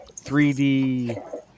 3D